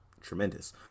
tremendous